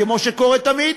כמו שקורה תמיד.